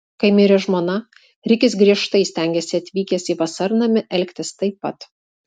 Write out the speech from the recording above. kai mirė žmona rikis griežtai stengėsi atvykęs į vasarnamį elgtis taip pat